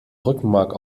rückenmark